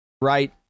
right